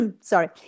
sorry